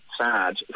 sad